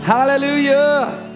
Hallelujah